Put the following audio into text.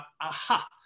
aha